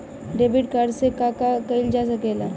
Debit card से का का कइल जा सके ला?